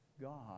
God